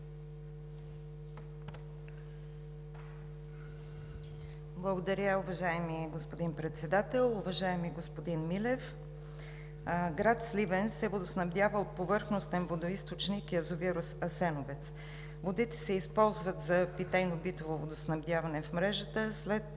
Благодаря, уважаеми господин Председател. Уважаеми господин Милев, град Сливен се водоснабдява от повърхностен водоизточник – язовир „Асеновец“. Водите се използват за питейно-битово водоснабдяване в мрежата след